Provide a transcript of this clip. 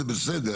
זה בסדר,